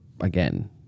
again